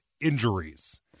injuries